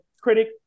critic